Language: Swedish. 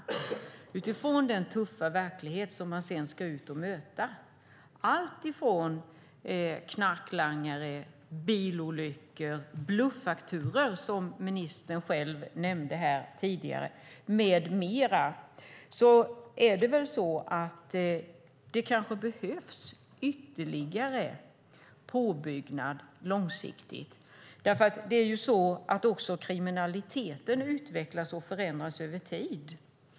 Om man tänker på detta utifrån den tuffa verklighet som de sedan ska ut och möta - alltifrån knarklangare och bilolyckor till bluffakturor, som ministern själv nämnde här tidigare, med mera - behövs det kanske ytterligare påbyggnad långsiktigt. Också kriminaliteten utvecklas och förändras över tid.